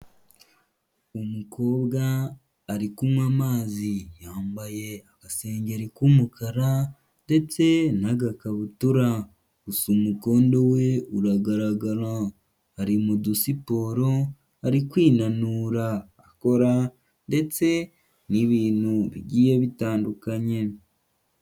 Umukobwa ari kunywa amazi, yambaye agasengeri k'umukara ndetse n'agakabutura, gusa umukondo we uragaragara, ari mu dusiporo, ari kwinanura akora ndetse n'ibintu bigiye bitandukanye.